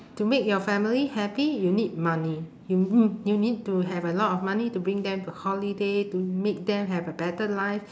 to make your family happy you need money you n~ you need to have a lot of money to bring them to holiday to make them have a better life